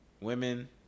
Women